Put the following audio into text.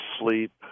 sleep